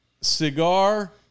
cigar